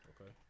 Okay